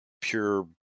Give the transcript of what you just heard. pure